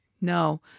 No